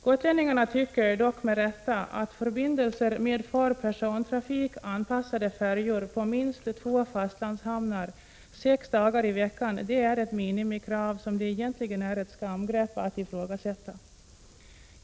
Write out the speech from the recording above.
Gotlänningarna tycker, med rätta, att förbindelser med för persontrafik avpassade färjor på minst två fastlandshamnar sex dagar i veckan är ett minimikrav, som det egentligen är ett skamgrepp att ifrågasätta.